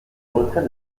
retrait